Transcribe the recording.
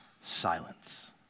Silence